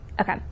Okay